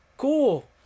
cool